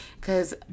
Cause